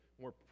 more